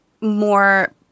more